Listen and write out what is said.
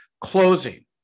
closing